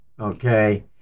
okay